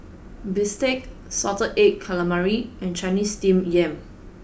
Bistake Salted Egg Calamari and Chinese Steamed Yam